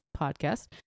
podcast